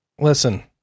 Listen